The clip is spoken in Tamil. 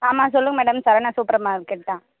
ஆமாம் சொல்லுங்க மேடம் சரண்யா சூப்பர் மார்க்கெட் தான்